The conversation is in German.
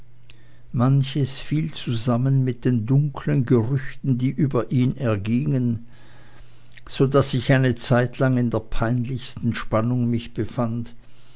manches fiel zusammen mit den dunklen gerüchten die über ihn ergingen so daß ich eine zeitlang in der peinlichsten spannung mich befand